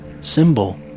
symbol